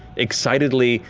excitedly,